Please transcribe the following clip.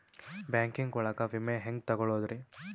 Banking ಒಳಗ ವಿಮೆ ಹೆಂಗ್ ತೊಗೊಳೋದ್ರಿ?